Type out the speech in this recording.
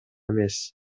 эмес